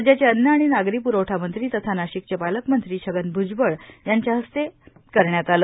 राज्याचे अन्न आणि नागरी प्रवठा मंत्री तथा नाशिकचे पालकमंत्री छगन भ्जबळ यांच्या हस्ते करण्यात आले